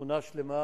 שכונה שלמה,